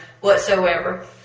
whatsoever